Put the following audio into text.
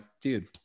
dude